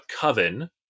coven